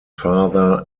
father